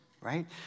right